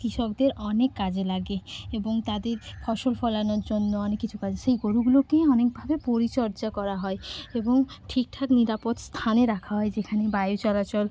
কৃষকদের অনেক কাজে লাগে এবং তাদের ফসল ফলানোর জন্য অনেক কিছু কাজ সেই গরুগুলোরকেই অনেকভাবে পরিচর্যা করা হয় এবং ঠিক ঠাক নিরাপদ স্থানে রাখা হয় যেখানে বায়ু চলাচল